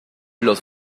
los